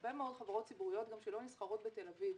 הרבה מאוד חברות ציבוריות גם שלא נסחרות בתל אביב,